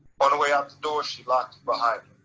but the way out the door, she locked it behind